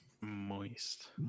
Moist